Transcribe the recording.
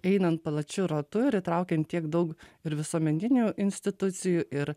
einant plačiu ratu ir įtraukiant tiek daug ir visuomeninių institucijų ir